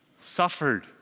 suffered